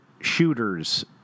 shooters